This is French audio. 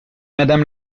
madame